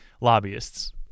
lobbyists